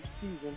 season